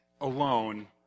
alone